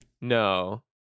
No